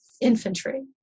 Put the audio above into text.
infantry